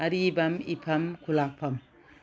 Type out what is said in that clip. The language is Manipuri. ꯑꯔꯤꯕꯝ ꯏꯐꯝ ꯈꯨꯂꯥꯛꯄꯝ